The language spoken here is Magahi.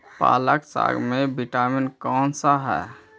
पालक साग में विटामिन कौन सा है?